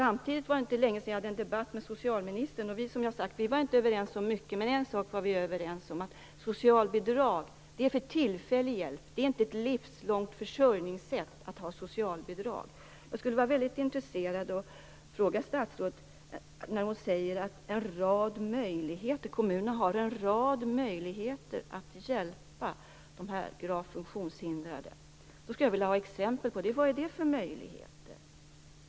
Det var inte länge sedan som jag hade en debatt med socialministern och vi var, som jag sagt, inte överens om mycket. Men en sak var vi överens om, nämligen att socialbidrag är för tillfällig hjälp och att det inte är ett livslångt försörjningssätt att ha socialbidrag. Statsrådet säger att kommunerna har en rad möjligheter att hjälpa de gravt funktionshindrade. Det skulle jag vilja få exempel på. Vad är det för möjligheter?